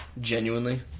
Genuinely